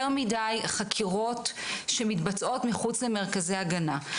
מדי חקירות שמתבצעות מחוץ למרכזי הגנה.